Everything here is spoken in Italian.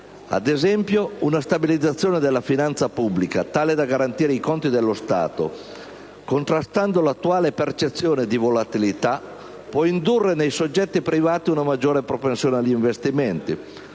Ad esempio, una stabilizzazione della finanza pubblica, tale da garantire i conti dello Stato contrastando l'attuale percezione di volatilità, può indurre nei soggetti privati una maggiore propensione agli investimenti